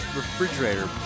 refrigerator